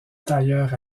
tailleur